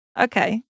Okay